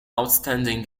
outstanding